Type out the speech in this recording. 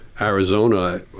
Arizona